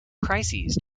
crises